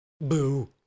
Boo